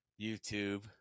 youtube